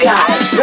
Guys